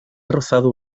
rozado